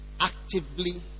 actively